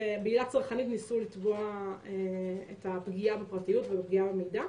ובעילה צרכנית ניסו לתבוע את הפגיעה בפרטיות ואת הפגיעה במידע.